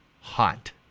hot